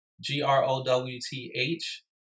G-R-O-W-T-H